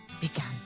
began